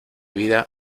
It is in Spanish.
vida